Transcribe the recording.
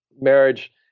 marriage